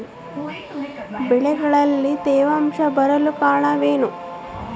ಬೆಳೆಗಳಲ್ಲಿ ತೇವಾಂಶ ಬರಲು ಕಾರಣ ಏನು?